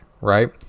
right